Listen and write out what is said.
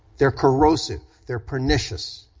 they're corrosive, they're pernicious,